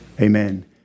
Amen